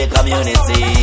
Community